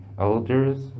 elders